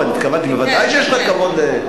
ודאי שיש לך כבוד.